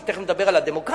ותיכף נדבר על הדמוקרטיה,